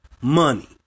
Money